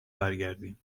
برگردیم